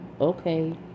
okay